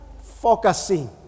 focusing